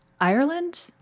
Ireland